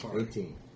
Eighteen